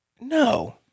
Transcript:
no